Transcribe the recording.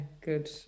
good